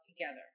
together